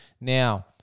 Now